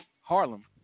Harlem